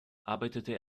arbeitete